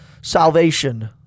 salvation